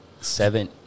Seven